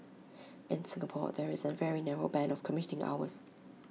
in Singapore there is A very narrow Band of commuting hours